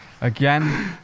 Again